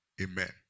Amen